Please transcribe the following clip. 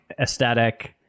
aesthetic